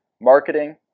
marketing